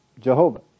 Jehovah